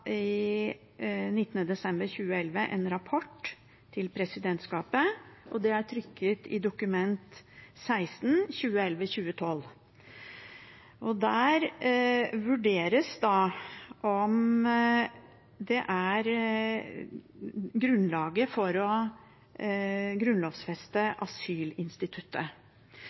desember 2011 en rapport til presidentskapet: Dokument 16 for 2011–2012. Der vurderes det om det er grunnlag for å grunnlovfeste asylinstituttet.